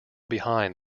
behind